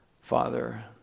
Father